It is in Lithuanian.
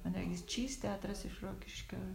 man regis čys teatras iš rokiškio